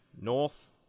North